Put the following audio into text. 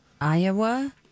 Iowa